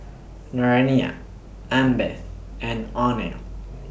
Naraina Amitabh and Anil